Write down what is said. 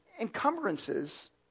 Encumbrances